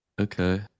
Okay